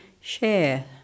share